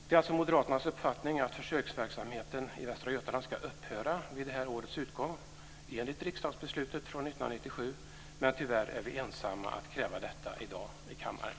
Det är alltså moderaternas uppfattning att försöksverksamheten i Västra Götaland ska upphöra vid det här årets utgång, enligt riksdagsbeslutet från 1997, men tyvärr är vi ensamma om att kräva detta i dag i kammaren.